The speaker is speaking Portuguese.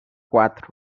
quatro